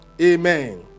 Amen